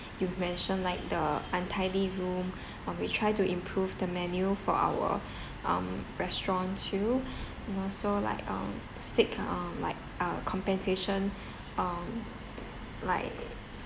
you mentioned like the untidy room or we try to improve the menu for our um restaurant too you know so like um seek um like uh compensation um like